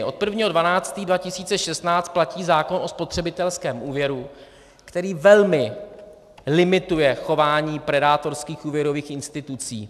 Od 1. 12. 2016 platí zákon o spotřebitelském úvěru, který velmi limituje chování predátorských úvěrových institucí.